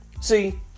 See